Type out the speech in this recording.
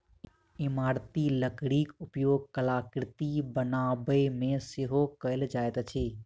इमारती लकड़ीक उपयोग कलाकृति बनाबयमे सेहो कयल जाइत अछि